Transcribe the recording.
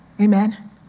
Amen